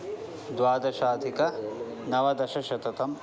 द्वादशाधिकनवदशशततम्